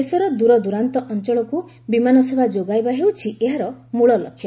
ଦେଶର ଦୂରଦୂରାନ୍ତ ଅଞ୍ଚଳକୁ ବିମାନ ସେବା ଯୋଗାଇବା ହେଉଛି ଏହାର ମୂଳ ଲକ୍ଷ୍ୟ